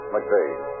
McVeigh